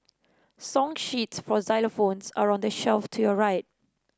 song sheets for xylophones are on the shelf to your right